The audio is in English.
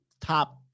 top